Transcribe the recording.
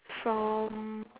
from